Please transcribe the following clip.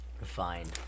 refined